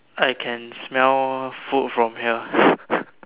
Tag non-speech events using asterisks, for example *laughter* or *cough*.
I can smell food from here *laughs*